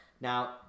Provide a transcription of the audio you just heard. Now